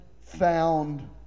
found